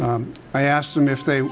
i asked them if they